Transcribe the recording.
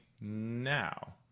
now